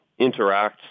interacts